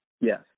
Yes